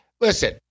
listen